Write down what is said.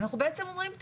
אנחנו בעצם אומרים טוב,